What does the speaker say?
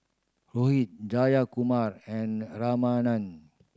Rohit Jayakumar and Ramanand